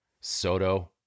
Soto